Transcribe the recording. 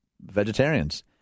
vegetarians